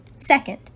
Second